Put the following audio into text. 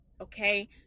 okay